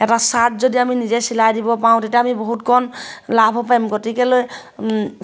এটা চাৰ্ট যদি আমি নিজে চিলাই দিব পাৰোঁ তেতিয়া আমি বহুতকণ লাভ পাৰিম গতিকেলৈ